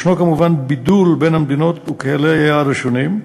יש כמובן בידול בין המדינות וקהלי היעד השונים.